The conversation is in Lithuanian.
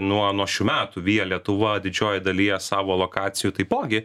nuo nuo šių metų via lietuva didžiojoj dalyje savo lokacijų taipogi